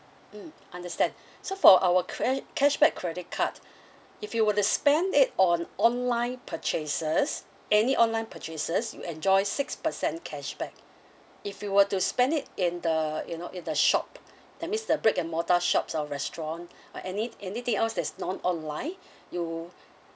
mm understand so for our cred~ cashback credit cards if you were to spend it on online purchases any online purchases you enjoy six percent cashback if you were to spend it in the you know in the shop that means the brick and mortar shops or restaurant or any anything else that's non-online you